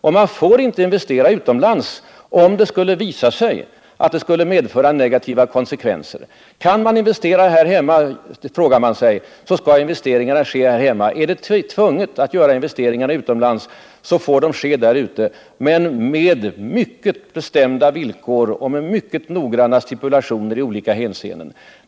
Och man får inte investera utomlands om det skulle visa sig att det skulle medföra negativa konsekvenser. Kan man investera här hemma? frågar man sig, och i så fall skall investeringarna ske här hemma. Är det tvunget att göra investeringarna utomlands får det ske där, men med mycket bestämda villkor och med mycket noggranna stipulationer i olika avseenden.